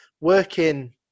working